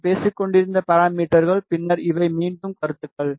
நான் பேசிக் கொண்டிருந்த பாராமீட்டர்கள் பின்னர் இவை மீண்டும் கருத்துகள்